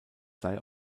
sei